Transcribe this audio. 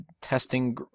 testing